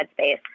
Headspace